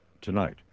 tonight